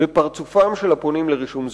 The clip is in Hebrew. בפרצופם של הפונים לרישום זוגיות.